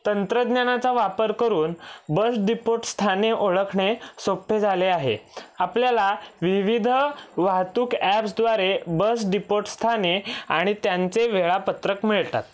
तंत्रज्ञानाचा वापर करून बस डिपोट स्थाने ओळखणे सोपे झाले आहे आपल्याला विविध वाहतूक ॲप्सद्वारे बस डिपोट स्थाने आणि त्यांचे वेळापत्रक मिळतात